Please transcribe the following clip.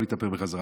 הכול יתהפך בחזרה.